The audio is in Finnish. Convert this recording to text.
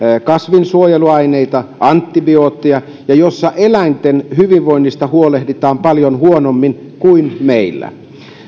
kasvinsuojeluaineita antibiootteja ja jossa eläinten hyvinvoinnista huolehditaan paljon huonommin kuin meillä